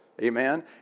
Amen